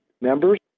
members